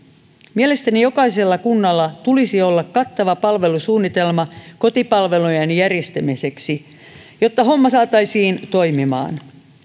mielestäni jokaisella kunnalla tulisi olla kattava palvelusuunnitelma kotipalvelujen järjestämiseksi jotta homma saataisiin toimimaan